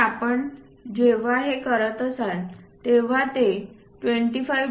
तर आपण जेव्हा हे करत असाल तेव्हा ते 25